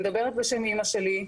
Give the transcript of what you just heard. אני מדברת בשם אמא שלי,